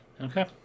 Okay